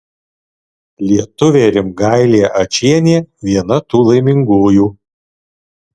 lietuvė rimgailė ačienė viena tų laimingųjų